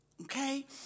Okay